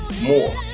more